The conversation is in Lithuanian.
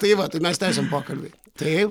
tai va tai mes tęsiam pokalbį taip